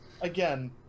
again